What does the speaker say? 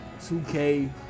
2K